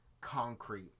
concrete